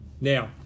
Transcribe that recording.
Now